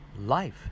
Life